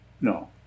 No